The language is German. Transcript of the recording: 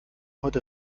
heute